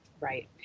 Right